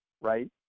right